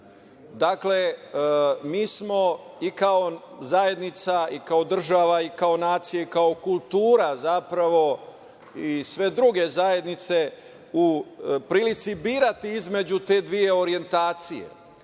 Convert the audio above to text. Dakle, mi smo i kao zajednica i kao država i kao nacija i kao kultura zapravo i sve druge zajednice u prilici birati između te dve orjentacije.